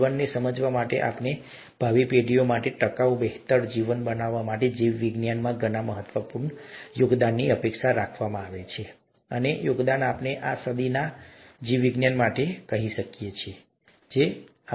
જીવનને સમજવા માટે અને આપણી ભાવિ પેઢીઓ માટે ટકાઉ બહેતર જીવન બનાવવા માટે જીવવિજ્ઞાનમાં ઘણા મહત્વપૂર્ણ યોગદાનની અપેક્ષા રાખવામાં આવે છે અને તે યોગદાન આપણે આ સદીમાં જીવવિજ્ઞાન માટે કહીએ છીએ તેમ કરવામાં આવી રહ્યા છે